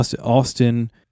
Austin